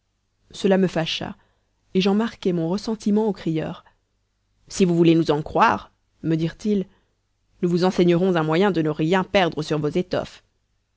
cela me fâcha et j'en marquais mon ressentiment aux crieurs si vous voulez nous en croire me dirent-ils nous vous enseignerons un moyen de ne rien perdre sur vos étoffes